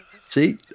See